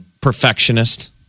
perfectionist